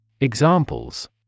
Examples